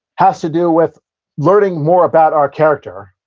has to do with learning more about our character,